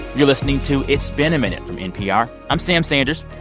you're listening to it's been a minute from npr. i'm sam sanders,